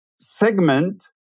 segment